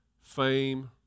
fame